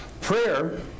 Prayer